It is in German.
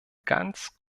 ganz